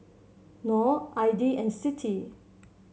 Nor Aidil and Siti